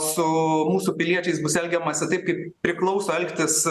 su mūsų piliečiais bus elgiamasi taip kaip priklauso elgtis